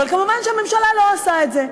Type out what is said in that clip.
אבל מובן שהממשלה לא עושה את זה,